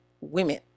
women